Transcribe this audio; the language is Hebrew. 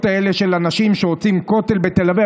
האלה של אנשים שרוצים כותל בתל אביב.